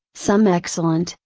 some excellent,